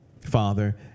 Father